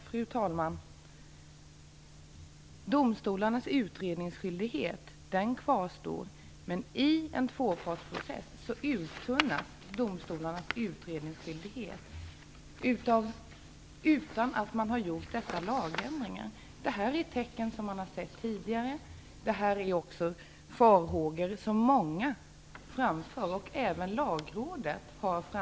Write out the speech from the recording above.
Fru talman! Domstolarnas utredningsskyldighet kvarstår, men i en tvåpartsprocess uttunnas denna utan att man har gjort lagändringarna. Det här är tecken som man har sett tidigare. Det är också farhågor som många har framfört, även Lagrådet.